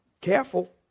Careful